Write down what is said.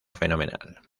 fenomenal